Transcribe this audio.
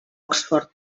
oxford